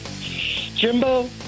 Jimbo